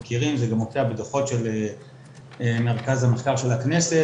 אני מציעה שקודם כול נשמע ונראה אותה ואחר כך נתייחס.